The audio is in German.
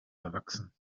erwachsen